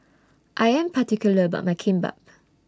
I Am particular about My Kimbap